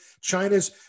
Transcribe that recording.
China's